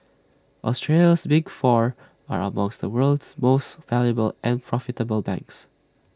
Australia's big four are among the world's most valuable and profitable banks